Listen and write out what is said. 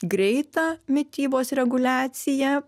greitą mitybos reguliaciją